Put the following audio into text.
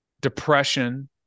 depression